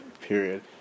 period